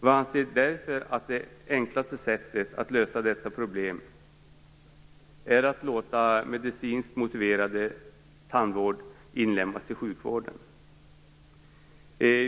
Vi anser att det enklaste sättet att lösa detta problem är att låta medicinskt motiverad tandvård inlemmas i sjukvården.